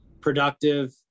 productive